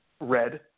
red